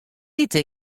ite